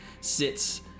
Sits